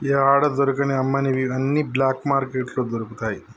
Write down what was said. యాడా దొరకని అమ్మనివి అన్ని బ్లాక్ మార్కెట్లో దొరుకుతయి